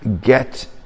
get